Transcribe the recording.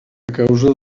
causa